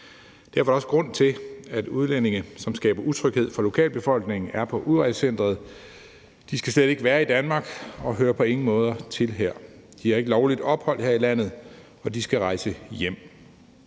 Derfor er der også en grund til, at de udlændinge, som skaber utryghed for lokalbefolkningen, er på udrejsecenteret. De skal slet ikke være i Danmark, og de hører på ingen måder til her. De har ikke lovligt ophold her i landet, og de skal rejse hjem.